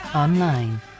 Online